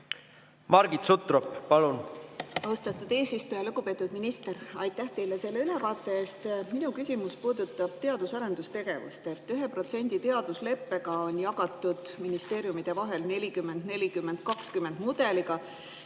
Margit Sutrop, palun!